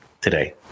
today